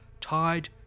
tied